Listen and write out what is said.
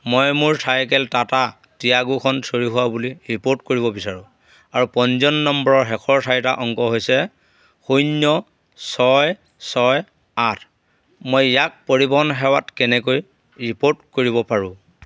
মই মোৰ চাইকেল টাটা টিয়াগোখন চুৰি হোৱা বুলি ৰিপ'ৰ্ট কৰিব বিচাৰো আৰু পঞ্জীয়ন নম্বৰৰ শেষৰ চাৰিটা অংক হৈছে শূন্য ছয় ছয় আঠ মই ইয়াক পৰিবহণ সেৱাত কেনেকৈ ৰিপ'ৰ্ট কৰিব পাৰো